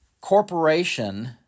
corporation